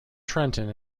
trenton